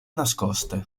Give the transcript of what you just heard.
nascoste